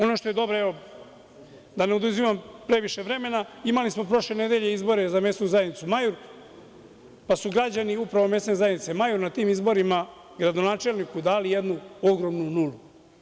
Ono što je dobro, da ne oduzimam previše vremena, imali smo prošle nedelje izbore za Mesnu zajednicu „Majur“, pa su građani Mesne zajednice „Majur“ na izborima gradonačelniku dali jednu ogromnu nulu.